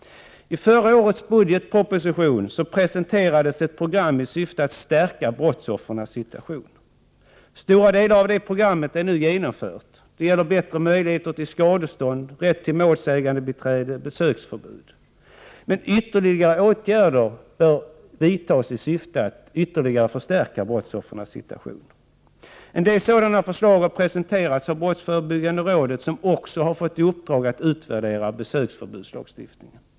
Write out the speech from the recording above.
I förra årets budgetproposition presenterades ett program i syfte att stärka brottsoffrens situation. Stora delar av det programmet är nu genomfört. Det gäller bättre möjligheter till skadestånd, rätt till målsägandebiträde och besöksförbud. Ytterligare åtgärder bör dock vidtas i syfte att stärka brottsoffrens situation. En del sådana förslag har presenterats av brottsförebyggande rådet, som också har fått i uppdrag att utvärdera besöksförbudslagstiftningen.